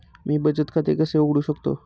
मी बचत खाते कसे उघडू शकतो?